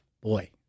boy